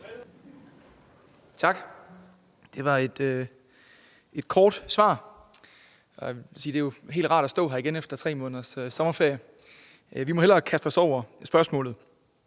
Tak. Det var et kort svar. Jeg vil sige, at det jo er helt rart at stå her igen efter 3 måneders sommerferie. Vi må hellere kaste os over spørgsmålet.